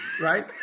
right